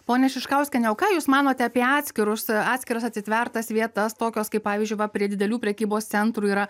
ponia šiškauskiene o ką jūs manote apie atskirus atskiras atitvertas vietas tokios kaip pavyzdžiui va prie didelių prekybos centrų yra